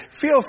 feel